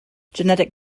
genetic